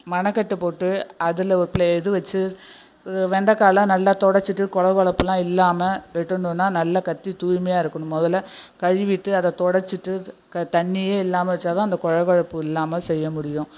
மனக்கட்டு போட்டு அதில் ஒரு பிளே இது வச்சு வெண்டக்காய்லாம் நல்லா தொடச்சிவிட்டு கொழ கொழப்புலாம் இல்லாமல் வெட்டணுன்னா நல்ல கத்தி தூய்மையாருக்கணும் முதல்ல கழுவிவிட்டு அதை தொடச்சிவிட்டு தண்ணியே இல்லாமல் வச்சா தான் அந்த கொழ கொழப்பு இல்லாமல் செய்ய முடியும்